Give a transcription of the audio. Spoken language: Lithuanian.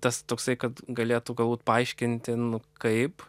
tas toksai kad galėtų galbūt paaiškinti nu kaip